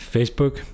Facebook